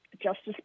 Justice